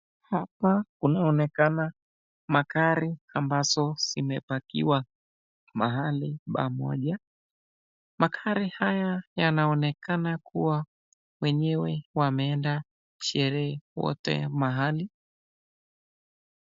Hapa kunaonekana magari ambazo zimepakiwa mahali pamoja. Magari haya yanaonekana kuwa wenyewe wameenda sherehe wote mahali.